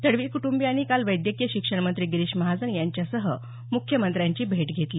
तडवी क्टंबीयांनी काल वैद्यकीय शिक्षण मंत्री गिरीश महाजन यांच्यासह मुख्यमंत्र्यांची भेट घेतली